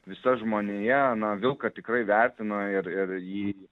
visa žmonija na vilką tikrai vertino ir ir jį